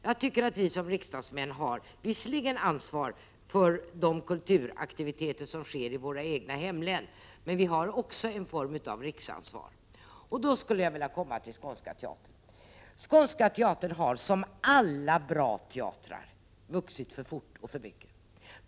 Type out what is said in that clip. Jag tycker att vi som riksdagsmän har ansvar för de kulturaktiviteter som sker i våra egna hemlän, men vi har också en form av riksansvar. I detta sammanhang skulle jag vilja återkomma till Skånska teatern. Skånska teatern har som alla bra teatrar vuxit för fort och för mycket.